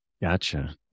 Gotcha